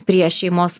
prie šeimos